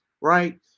right